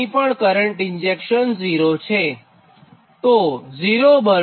અહીં પણ current injection 0 છે